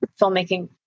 filmmaking